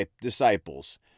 disciples